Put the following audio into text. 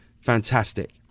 Fantastic